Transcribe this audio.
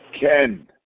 Ken